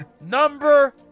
number